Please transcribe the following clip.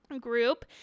group